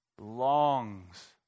longs